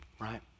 Right